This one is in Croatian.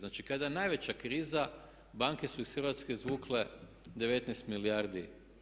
Znači kada je najveća kriza banke su iz Hrvatske izvukle 19 milijardi.